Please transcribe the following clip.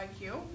IQ